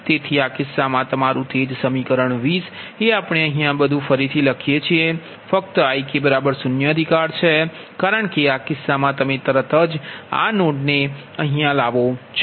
તેથી આ કિસ્સામાં તમારું તે જ સમીકરણ 20 એ આપણે અહીયા બધું ફરીથી લખીએ છીએ ફક્ત Ik 0 અધિકાર છે કારણ કે આ કિસ્સામાં તમે તરત જ આ નોડને અહીં લાવશો